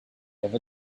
ever